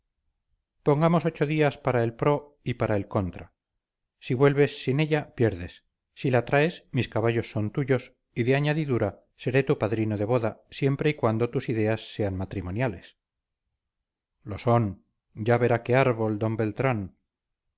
pongamos ocho días para el pro y para el contra si vuelves sin ella pierdes si la traes mis caballos son tuyos y de añadidura seré tu padrino de boda siempre y cuando tus ideas sean matrimoniales lo son ya verá qué árbol d beltrán